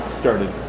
started